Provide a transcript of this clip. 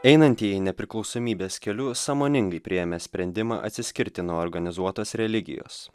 einantieji nepriklausomybės keliu sąmoningai priėmė sprendimą atsiskirti nuo organizuotos religijos